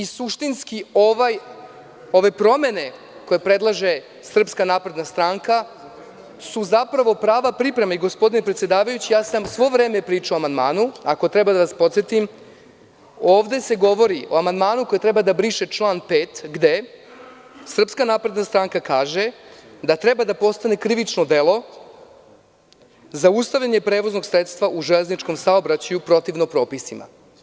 Suštinski, ove promene koje predlaže SNS su zapravo prava priprema i, gospodine predsedavajući, ja sam sve vreme pričao o amandmanu, ako treba da vas podsetim, ovde se govori o amandmanu koji treba da briše član 5. gde SNS kaže da treba da postane krivično delo zaustavljanje prevoznog sredstva u železničkom saobraćaju protivno propisima.